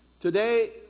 Today